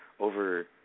Over